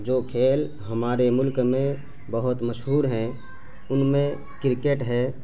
جو کھیل ہمارے ملک میں بہت مشہور ہیں ان میں کرکٹ ہے